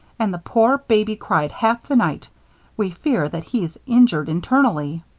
and the poor baby cried half the night we fear that he's injured internally.